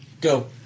Go